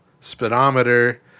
speedometer